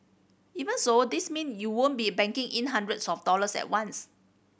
even so this mean you won't be banking in hundreds of dollars at once